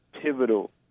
pivotal